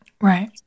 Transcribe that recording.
Right